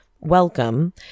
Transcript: welcome